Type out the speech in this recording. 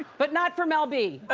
but not for mel b.